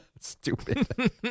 Stupid